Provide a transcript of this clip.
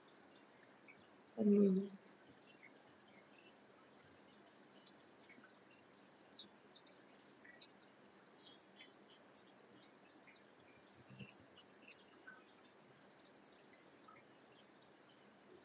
mmhmm